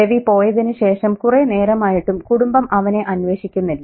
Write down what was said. രവി പോയതിനു ശേഷം കുറെ നേരമായിട്ടും കുടുംബം അവനെ അന്വേഷിക്കുന്നില്ല